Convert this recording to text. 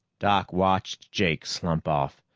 doc watched jake slump off,